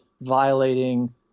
violating